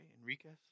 Enriquez